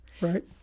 right